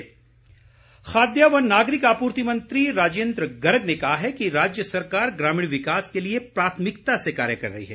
राजिन्द्र गर्ग खाद्य व नागरिक आपूर्ति मंत्री राजिन्द्र गर्ग ने कहा है कि राज्य सरकार ग्रामीण विकास के लिए प्राथमिकता से कार्य कर रही है